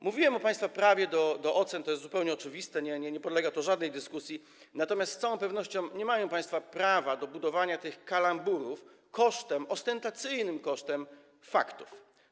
Mówiłem o państwa prawie do ocen, to jest zupełnie oczywiste, nie podlega żadnej dyskusji, natomiast z całą pewnością nie mają państwo prawa do budowania tych kalamburów kosztem - ostentacyjnym kosztem - faktów.